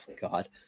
God